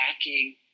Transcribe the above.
attacking